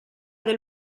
del